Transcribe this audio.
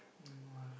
don't know why